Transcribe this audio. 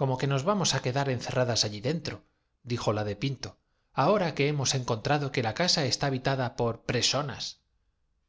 como que nos vamos á quedar encerradas allí dentrodijo la de pintoahora que hemos encontra do que la casa está habitada